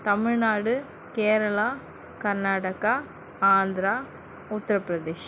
Tamil Nadu Kerala Karnataka Andhra Uttar Pradesh